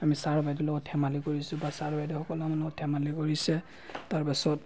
আমি ছাৰ বাইদেউৰ লগত ধেমালি কৰিছোঁ বা ছাৰ বাইদেউসকলেও আমাৰ লগত ধেমালি কৰিছে তাৰপাছত